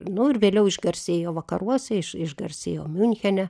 nu ir vėliau išgarsėjo vakaruose iš išgarsėjo miunchene